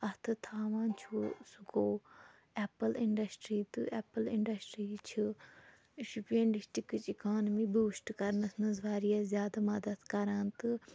اَتھٕ تھاوان چھُ سُہ گوٚو ایپُل اِنٛڈَسٹری تہٕ ایپُل اِنٛڈَسٹری چھِ شُپین ڈِسٹرکٕچ اِکانٔمی بوٗسٹہٕ کرنَس منٛز واریاہ زیادٕ مدتھ کَران تہٕ